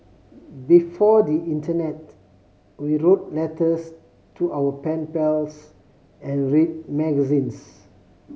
before the internet we wrote letters to our pen pals and read magazines